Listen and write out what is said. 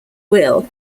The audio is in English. will